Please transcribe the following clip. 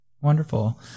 Wonderful